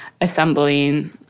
assembling